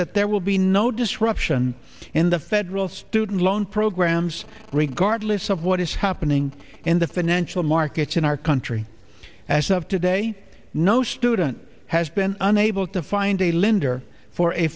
that there will be no disruption in the federal student loan programs regardless of what is happening in the financial markets in our country as of today no student has been unable to find a lender for a